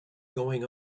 going